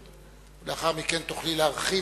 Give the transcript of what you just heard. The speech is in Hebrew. ולאחר מכן תוכלי להרחיב,